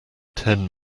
ten